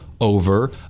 over